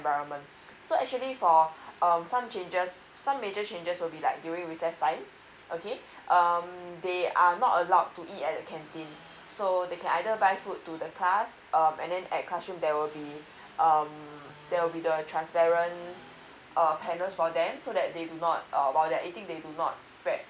environment so actually for um some changes some major changes will be like during recess time okay um they are not allowed to eat at the canteen so they can either buy food to the class um and then at classroom there will be um there will be the transparent uh handles for them so that they do not um while they're eating they do not spread